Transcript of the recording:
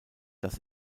dass